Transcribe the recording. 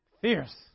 fierce